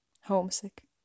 Homesick